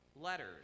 letters